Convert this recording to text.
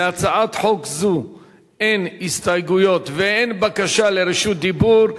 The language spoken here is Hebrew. להצעת חוק זו אין הסתייגויות ואין בקשה לרשות דיבור.